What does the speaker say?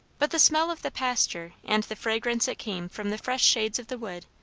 but the smell of the pasture and the fragrance that came from the fresh shades of the wood,